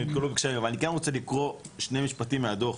אני רוצה לקרוא שני משפטים מהדוח: